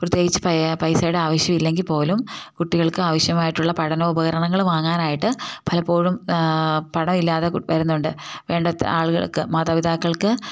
പ്രത്യേകിച്ചു പൈസയുടെ ആവശ്യം ഇല്ലെങ്കിൽ പോലും കുട്ടികൾക്ക് ആവശ്യമായിട്ടുള്ള പഠനോപകരണങ്ങൾ വാങ്ങാനായിട്ട് പലപ്പോഴും പടം ഇല്ലാതെ വരുന്നുണ്ട് വേണ്ടത്ര ആളുകൾക്ക് മാതാപിതാക്കൾക്ക്